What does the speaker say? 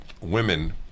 women